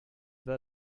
that